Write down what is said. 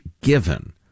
given